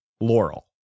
laurel